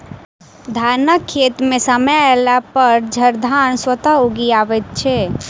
धानक खेत मे समय अयलापर झड़धान स्वतः उगि अबैत अछि